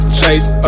chase